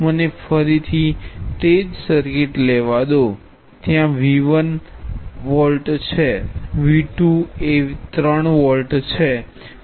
મને ફરીથી તે જ સર્કિટ લેવા દો ત્યાં V1 1 વોલ્ટ છે V 2 એ 3 વોલ્ટ છે